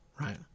right